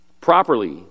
properly